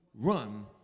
run